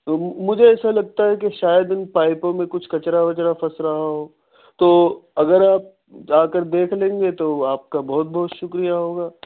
مجھے ایسا لگتا ہے کہ شاید ان پائپوں میں کچھ کچرا وچرا پھنس رہا ہو تو اگر آپ جا کر دیکھ لیں گے تو آپ کا بہت بہت شکریہ ہوگا